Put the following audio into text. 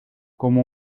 como